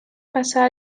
passà